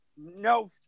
no